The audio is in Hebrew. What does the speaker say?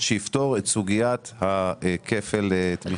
שיפתור את סוגיית הכפל תמיכה.